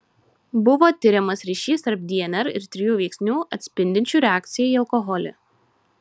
buvo tiriamas ryšys tarp dnr ir trijų veiksnių atspindinčių reakciją į alkoholį